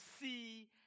see